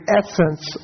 essence